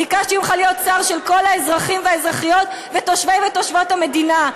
ביקשתי ממך להיות שר של כל האזרחים והאזרחיות ותושבי ותושבות המדינה.